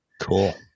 cool